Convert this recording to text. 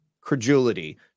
credulity